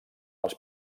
els